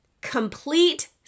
Complete